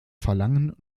verlangen